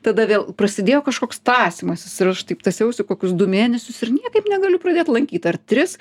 tada vėl prasidėjo kažkoks tąsymasis ir aš taip tąsiausi kokius du mėnesius ir niekaip negaliu pradėt lankyt ar tris